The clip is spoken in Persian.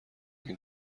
این